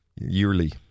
yearly